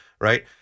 Right